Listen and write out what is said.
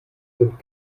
sind